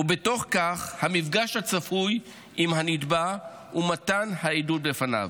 ובתוך כך המפגש הצפוי עם הנתבע ומתן העדות בפניו.